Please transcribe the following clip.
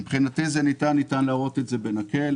מבחינתי ניתן להראות את זה בנקל,